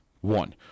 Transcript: one